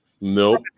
Nope